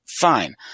fine